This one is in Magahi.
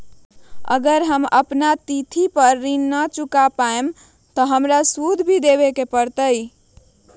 अगर हम अपना तिथि पर ऋण न चुका पायेबे त हमरा सूद भी देबे के परि?